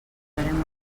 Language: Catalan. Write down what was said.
farem